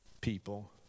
people